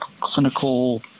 Clinical